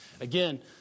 Again